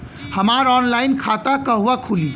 हमार ऑनलाइन खाता कहवा खुली?